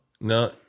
No